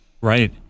Right